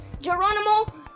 Geronimo